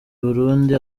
burundi